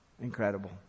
Incredible